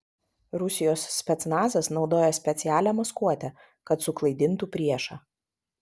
rusijos specnazas naudoja specialią maskuotę kad suklaidintų priešą